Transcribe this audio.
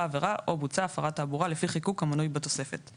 עבירה או בוצעה הפרת תעבורה לפי חיקוק המנוי בתוספת";